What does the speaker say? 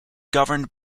governed